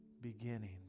beginning